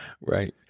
Right